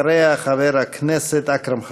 אחריה, חבר הכנסת אכרם חסון.